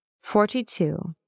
forty-two